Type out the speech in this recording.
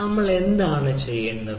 നമ്മൾ എന്താണ് ചെയ്യേണ്ടത്